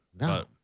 no